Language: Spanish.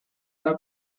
una